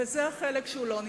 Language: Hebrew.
וזה החלק שהוא לא נסלח,